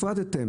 הפרדתם,